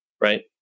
right